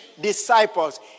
disciples